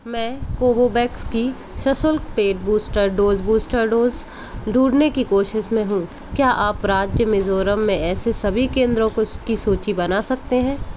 मैं कोवोवैक्स की सशुल्क paid booster dose booster dose ढूँढने की कोशिश में हूँ क्या आप राज्य मिज़ोरम में ऐसे सभी केंद्रों की सूची बना सकते हैं